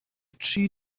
tri